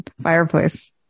Fireplace